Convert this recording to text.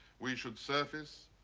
we should surface,